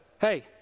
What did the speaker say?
hey